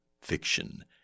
fiction